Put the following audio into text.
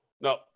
No